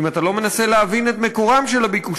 אם אתה לא מנסה להבין את מקורם של הביקושים